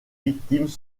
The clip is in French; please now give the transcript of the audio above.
victimes